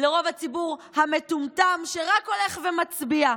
לרוב הציבור המטומטם שרק הולך ומצביע.